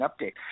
update